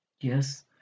Yes